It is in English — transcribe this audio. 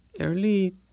early